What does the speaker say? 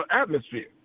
atmosphere